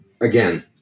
again